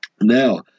Now